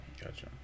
Gotcha